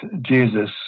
Jesus